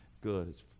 Good